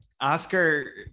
Oscar